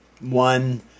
one